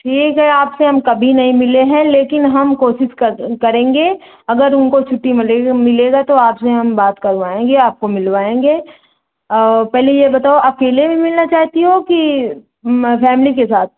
ठीक है आपसे हम कभी नहीं मिले हैं लेकिन हम कोशिश कर करेंगे अगर उनको छुट्टी मिलेगी मिलेगा तो आप से हम बात करवाएँगे आपको हम मिलवाएँगे पहले यह बताओ अकेले ही मिलता चाहती हो कि फ़ैमिली के साथ